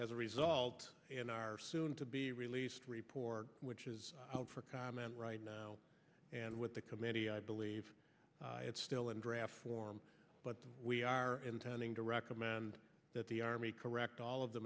as a result soon to be released report which is out for comment right now and with the committee i believe it's still in draft form but we are intending to recommend that the army correct all of the